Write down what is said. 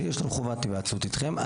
שיש לנו חובת היוועצות איתכם.